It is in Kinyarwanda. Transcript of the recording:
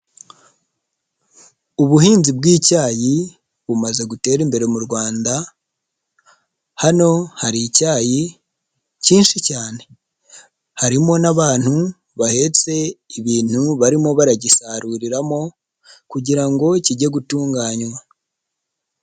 Ubuhinzi bw'icyayi bumaze gutera imbere mu Rwanda, hano hari icyayi cyinshi cyane harimo n'abantu bahetse ibintu barimo baragisaruriramo, kugira ngo kijye gutunganywa.